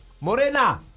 Morena